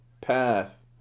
path